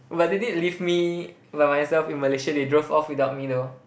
but they did leave me by myself in Malaysia they drove off without me though